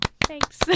thanks